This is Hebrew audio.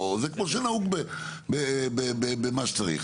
או כמו שנהוג במה שצריך,